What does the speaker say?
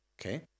Okay